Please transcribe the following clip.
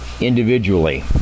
individually